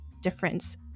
difference